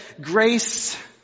grace